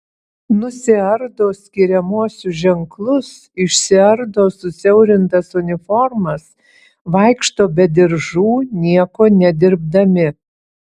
nusiardo skiriamuosius ženklus išsiardo susiaurintas uniformas vaikšto be diržų nieko nedirbdami